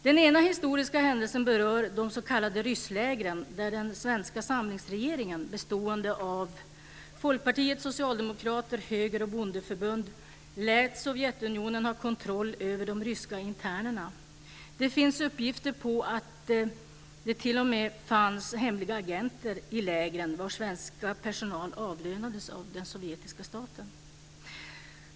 Den ena historiska händelsen berör de s.k. rysslägren där den svenska samlingsregeringen, bestående av Folkpartiet, Socialdemokraterna, Högern och Bondeförbundet, lät Sovjetunionen ha kontroll över de ryska internerna. Det finns uppgifter om att det t.o.m. fanns hemliga agenter i lägren vars svenska personal avlönades av den sovjetiska staten.